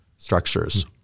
structures